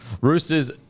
roosters